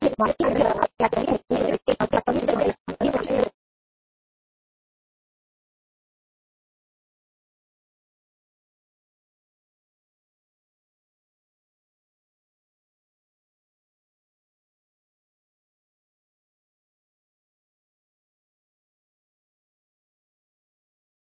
તો પછી જ્યારે આપણે 𝑒−𝑡−𝜆𝑑𝜆 દ્વારા ગુણાકાર કરીએ ત્યારે તે ફરીથી તે જ મૂલ્ય છે જેની આપણે ગણતરી કરી હતી તેથી હવે આપણી પાસે કોન્વોલ્યુશન ઇન્ટિગ્રલ શોધવા માટે તૈયાર છે